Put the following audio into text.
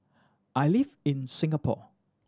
I live in Singapore